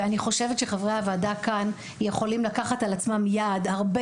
חברי הוועדה כאן יכולים לקחת על עצמם יעד הרבה